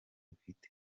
ufite